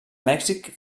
mèxic